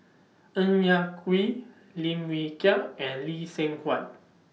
Ng Yak Whee Lim Wee Kiak and Lee Seng Huat